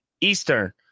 Eastern